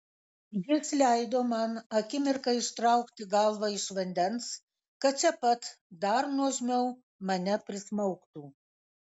jis leido man akimirką ištraukti galvą iš vandens kad čia pat dar nuožmiau mane prismaugtų